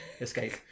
escape